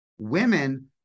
women